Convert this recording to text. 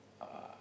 uh